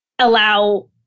allow